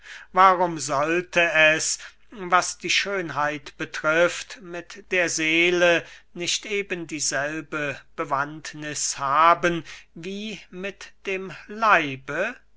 warum sollte es was die schönheit betrifft mit der seele nicht eben dieselbe bewandtniß haben wie mit dem leibe